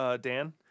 Dan